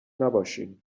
نباشین